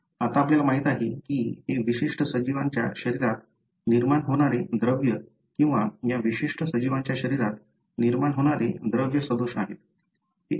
आता आपल्याला माहित आहे की हे विशिष्ट सजीवांच्या शरीरात निर्माण होणारे द्रव्य किंवा या विशिष्ट सजीवांच्या शरीरात निर्माण होणारे द्रव्य सदोष आहे